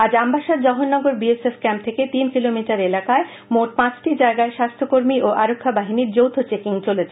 আজ আমবাসার জওহরনগর বিএস এফ ক্যাম্প থেকে তিন কিলোমিটার এলাকায় মোট পাঁচটি জায়গায় স্বাস্থ্যকর্মী ও আরক্ষা বাহিনীর যৌথ চেকিং চলেছে